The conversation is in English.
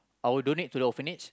I will donate to the orphanage